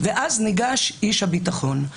ואז ניגש איש הביטחון.